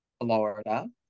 Florida